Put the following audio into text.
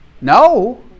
No